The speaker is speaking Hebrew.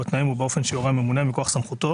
בתנאים ובאופן שיורה הממונה מכוח סמכותו